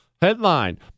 Headline